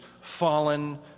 fallen